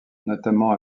notamment